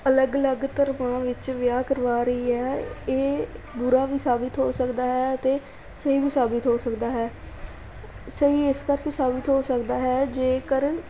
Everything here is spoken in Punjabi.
ਅਲੱਗ ਅਲੱਗ ਧਰਮਾਂ ਵਿੱਚ ਵਿਆਹ ਕਰਵਾ ਰਹੀ ਹੈ ਇਹ ਬੁਰਾ ਵੀ ਸਾਬਿਤ ਹੋ ਸਕਦਾ ਹੈ ਅਤੇ ਸਹੀ ਵੀ ਸਾਬਿਤ ਹੋ ਸਕਦਾ ਹੈ ਸਹੀ ਇਸ ਕਰਕੇ ਸਾਬਿਤ ਹੋ ਸਕਦਾ ਹੈ ਜੇਕਰ